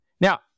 Now